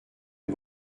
est